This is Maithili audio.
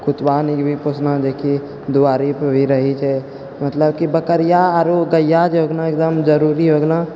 कुतबा ने भी पोसना जे कि दुआरीपर भी रहै छै मतलब कि बकरिआ आरो गैआ जे हो गेलऽ एकदम जरूरी हो गेलऽ